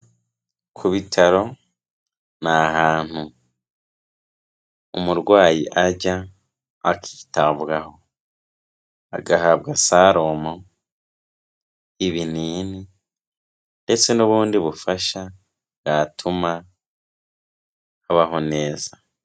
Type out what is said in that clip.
Ku bitaro ni ahantutu umurwayi ajya akitabwaho, agahabwa selumu, ibinini ndetse n'ubundi bufasha bwatuma abaho neza.